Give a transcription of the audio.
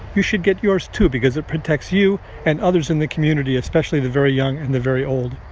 you should get yours, too, because it protects you and others in the community, especially the very young and the very old.